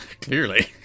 clearly